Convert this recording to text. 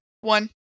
One